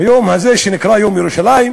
ביום הזה שנקרא "יום ירושלים",